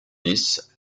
dix